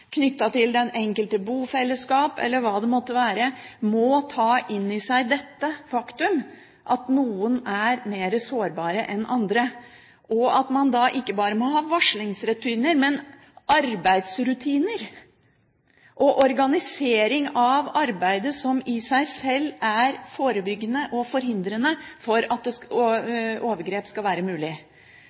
til det enkelte bofellesskap eller hva det måtte være, må ta opp i seg det faktum at noen er mer sårbare enn andre. Da må man ikke bare ha varslingsrutiner, men også arbeidsrutiner og organisering av arbeidet, noe som i seg selv er forebyggende og hindrer at overgrep skal være mulig.